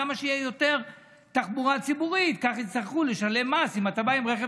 כמה שיהיה יותר תחבורה ציבורית ככה יצטרכו לשלם מס,